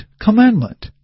commandment